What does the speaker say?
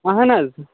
اَہَن حظ